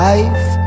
Life